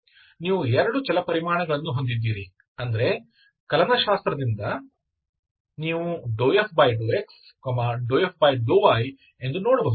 ನೀವು 2 ಚಲಪರಿಮಾಣಗಳನ್ನು ಹೊಂದಿದ್ದೀರಿ ಅಂದರೆ ಕಲನಶಾಸ್ತ್ರದಿಂದ ನೀವು ∂F∂x ∂F∂y ಎಂದು ನೋಡಬಹುದು